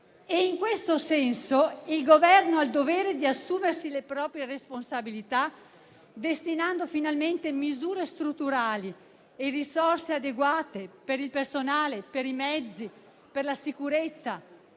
In questo senso il Governo ha il dovere di assumersi le proprie responsabilità destinando finalmente misure strutturali e risorse adeguate per il personale, per i mezzi, per la sicurezza,